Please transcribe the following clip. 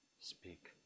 speak